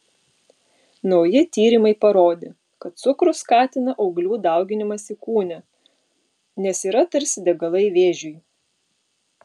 nauji tyrimai parodė kad cukrus skatina auglių dauginimąsi kūne nes yra tarsi degalai vėžiui